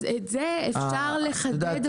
את זה אפשר לחדד.